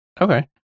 Okay